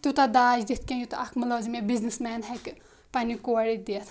تیوٗتاہ داج دِتھ کیٚنہہ یوٗتاہ اَکھ مُلٲزِم یا بِزنِس مین ہٮ۪کہِ پَنٛنہِ کورِ دِتھ